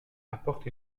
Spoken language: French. apporte